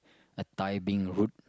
a Thai being rude